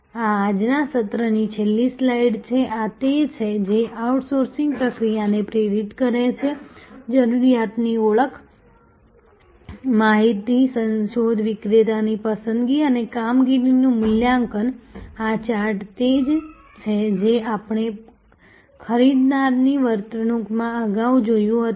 આ આજના સત્રની છેલ્લી સ્લાઇડ છે આ તે છે જે આઉટસોર્સિંગ પ્રક્રિયાને પ્રેરિત કરે છે જરૂરિયાતની ઓળખ માહિતી શોધ વિક્રેતાની પસંદગી અને કામગીરીનું મૂલ્યાંકન આ ચાર્ટ તે જ છે જે આપણે ખરીદનારની વર્તણૂકમાં અગાઉ જોયું હતું